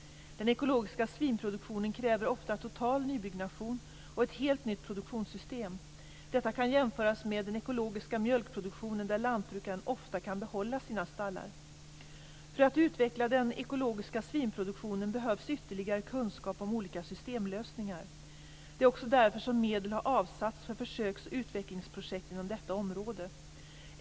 Den ekologiska svinproduktionen kräver ofta total nybyggnation och ett helt nytt produktionssystem. Detta kan jämföras med den ekologiska mjölkproduktionen, där lantbrukaren ofta kan behålla sina stallar. För att utveckla den ekologiska svinproduktionen behövs ytterligare kunskap om olika systemlösningar. Det är också därför som medel har avsatts för försöks och utvecklingsprojekt inom detta område.